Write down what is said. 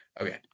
Okay